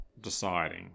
deciding